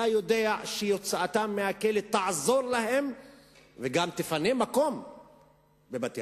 אתה יודע שהוצאתם מהכלא תעזור להם וגם תפנה מקום בבתי-הסוהר.